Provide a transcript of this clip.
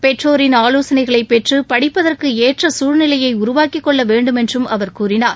பெற்றோரின் ஆலோசனைகளைப் பெற்றுபடிப்பதற்குஏற்றசூழ்நிலையைஉருவாக்கிக் கொள்ளவேண்டும் என்றும் அவர் கூறினார்